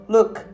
Look